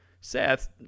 Seth